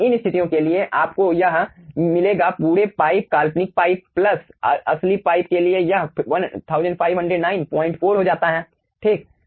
तो इन स्थितियों के लिए आपको यह मिलेगा पूरे पाइप काल्पनिक पाइप प्लस असली पाइप के लिए यह 15094 हो जाता है ठीक